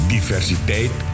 Diversiteit